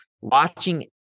watching